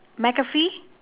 McAfee